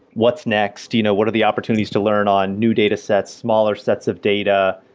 what's next, you know what are the opportunities to learn on new datasets, smaller sets of data,